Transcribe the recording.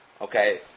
Okay